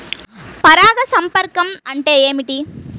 పరాగ సంపర్కం అంటే ఏమిటి?